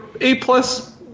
A-plus